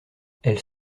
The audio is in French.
elles